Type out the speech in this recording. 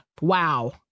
wow